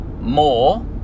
more